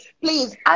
Please